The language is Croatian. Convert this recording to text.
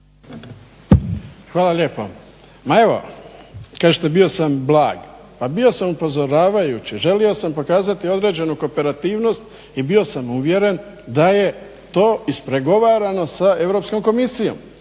Hvala lijepa. Ma evo, kažete bio sam blag. Ma bio sam upozoravajući, želio sam pokazati određenu kooperativnost i bio sam uvjeren da je to ispregovarano sa Europskom komisijom.